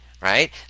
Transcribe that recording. right